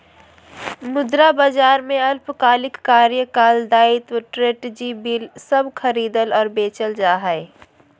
मुद्रा बाजार में अल्पकालिक कार्यकाल दायित्व ट्रेज़री बिल सब खरीदल और बेचल जा हइ